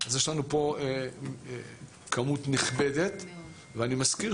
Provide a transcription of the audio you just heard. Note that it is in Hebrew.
בתחילת הדרך התוכנית פנתה לערים בנות 20,000 עד 250,000 תושבים.